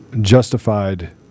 justified